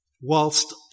Whilst